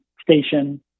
station